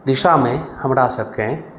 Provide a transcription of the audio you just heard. दिशामे हमरासभकेँ